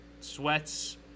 sweats